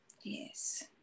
Yes